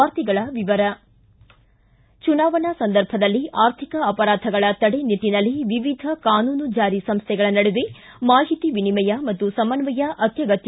ವಾರ್ತೆಗಳ ವಿವರ ಚುನಾವಣಾ ಸಂದರ್ಭದಲ್ಲಿ ಆರ್ಥಿಕ ಅಪರಾಧಗಳ ತಡೆ ನಿಟ್ಟಿನಲ್ಲಿ ವಿವಿಧ ಕಾನೂನು ಜಾರಿ ಸಂಸ್ಥೆಗಳ ನಡುವೆ ಮಾಹಿತಿ ವಿನಿಮಯ ಮತ್ತು ಸಮನ್ನಯ ಅತ್ತಗತ್ತ